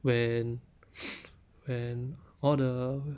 when when all the